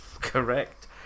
Correct